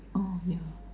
orh ya